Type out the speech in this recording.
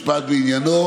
אבידר,